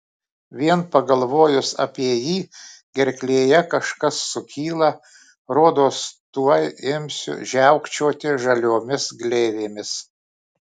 vien pagalvojus apie jį gerklėje kažkas sukyla rodos tuoj imsiu žiaukčioti žaliomis gleivėmis